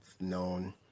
known